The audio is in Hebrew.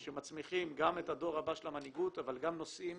שמצמיחים גם את הדור הבא של המנהיגות אבל גם נושאים